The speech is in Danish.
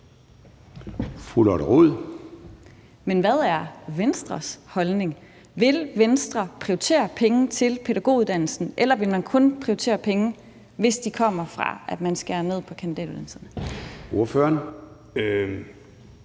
Rod (RV): Men hvad er Venstres holdning? Vil Venstre prioritere penge til pædagoguddannelsen, eller vil man kun prioritere penge, hvis de kommer fra, at man skærer ned på kandidatuddannelserne? Kl.